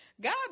god